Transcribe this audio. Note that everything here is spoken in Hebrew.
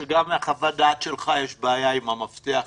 שגם בחוות-הדעת שלך יש בעיה עם המפתח הזה,